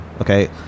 okay